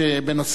אחרי שרבין,